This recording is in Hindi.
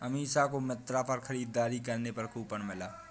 अमीषा को मिंत्रा पर खरीदारी करने पर कूपन मिला